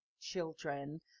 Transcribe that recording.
children